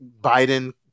Biden